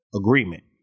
Agreement